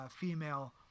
female